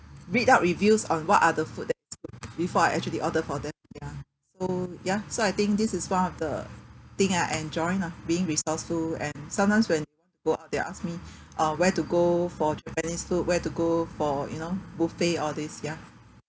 read up reviews on what are the food that is good before I actually order for them ya so ya so I think this is one of the thing I enjoy lah being resourceful and sometimes when they go out they will ask me uh where to go for japanese food where to go for you know buffet all these ya